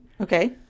okay